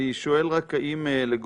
אני שואל רק אם לגורמים